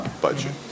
budget